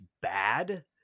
bad